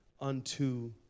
unto